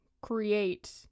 create